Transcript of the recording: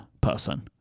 person